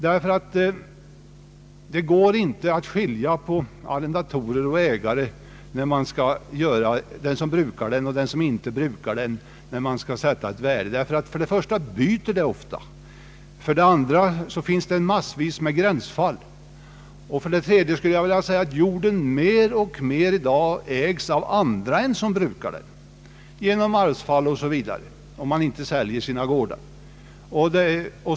Det går nämligen inte att när man skall åsätta ett värde skilja mellan arrendatorer och ägare, mellan den som brukar fastigheten och den som inte brukar den. För det första blir det ofta byten, för det andra finns det massvis med gränsfall, och för det tredje skulle jag vilja säga att jorden i dag mer och mer ägs av andra än dem som brukar den. Det sista kan bero på arvfall, eller också på att man inte säljer sina gårdar.